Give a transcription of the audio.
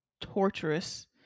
torturous